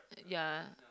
ya